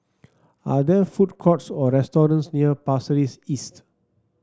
are there food courts or restaurants near Pasir Ris East